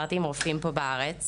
רופאים בארץ